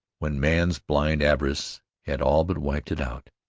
when man's blind avarice had all but wiped it out.